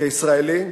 כישראלי,